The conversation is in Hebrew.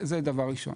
זה דבר ראשון.